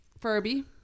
Furby